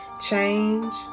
change